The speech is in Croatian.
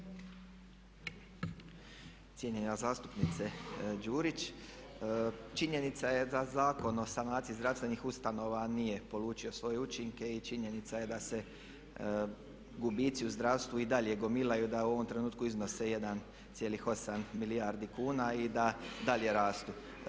Cijenjena zastupnice Đurić, činjenica je da Zakon o sanaciji zdravstvenih ustanova nije polučio svoje učinke i činjenica je da se gubici u zdravstvu i dalje gomilaju i da u ovom trenutku iznose 1,8 milijardi kuna i da dalje rastu.